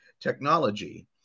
technology